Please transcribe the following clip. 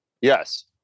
Yes